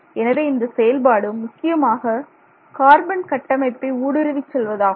எனவே இந்த செயல்பாடு முக்கியமாக கார்பன் கட்டமைப்பை ஊடுருவிச் செல்வதாகும்